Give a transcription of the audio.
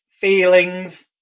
feelings